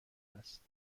است